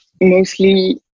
Mostly